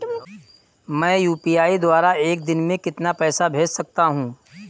मैं यू.पी.आई द्वारा एक दिन में कितना पैसा भेज सकता हूँ?